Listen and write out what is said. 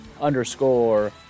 underscore